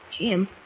Jim